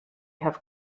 have